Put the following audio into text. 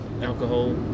alcohol